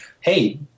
hey